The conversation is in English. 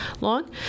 long